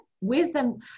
wisdom